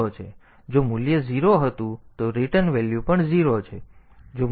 તેથી જો મૂલ્ય 0 હતું તો રિટર્ન વેલ્યુ પણ 0 છે